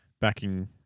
backing